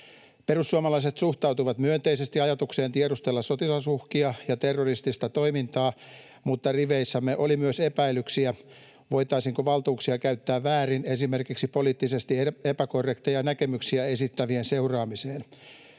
Perussuomalaiset suhtautuvat myönteisesti ajatukseen tiedustella sotilasuhkia ja terroristista toimintaa, mutta riveissämme oli myös epäilyksiä, voitaisiinko valtuuksia käyttää väärin esimerkiksi poliittisesti epäkorrekteja näkemyksiä esittävien seuraamiseen.